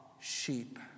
sheep